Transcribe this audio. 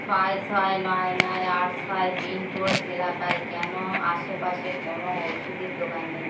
ছয় ছয় নয় নয় আট ছয় পিনকোড এলাকায় কেন আশেপাশে কোনো ওষুধের দোকান নেই